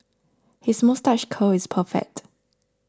his moustache curl is perfect